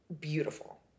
beautiful